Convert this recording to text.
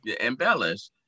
embellish